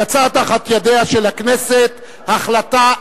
יצאה מתחת ידיה של הכנסת החלטה אחת,